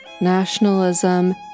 nationalism